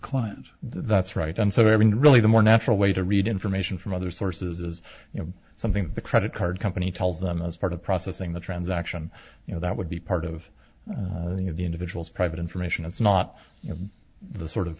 client that's right and so i mean really the more natural way to read information from other sources is you know something that the credit card company tells them as part of processing the transaction you know that would be part of the of the individual's private information it's not you know the sort of